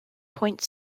points